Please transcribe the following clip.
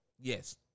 Yes